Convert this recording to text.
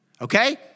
Okay